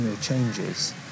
changes